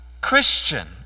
Christian